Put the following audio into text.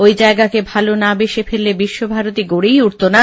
ওই জায়গাকে ভালো না বেসে ফেললে বিশ্বভারতী গড়েই উঠতো না